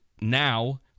now